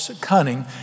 cunning